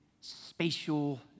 spatial